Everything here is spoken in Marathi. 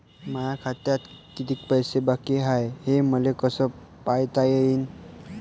माया खात्यात कितीक पैसे बाकी हाय हे मले कस पायता येईन?